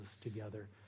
together